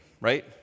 right